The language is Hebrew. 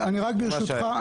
ברשותך,